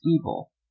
evil